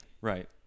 Right